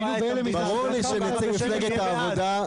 את המדינה --- ברור לי שנציג מפלגת העבודה,